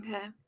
okay